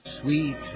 sweet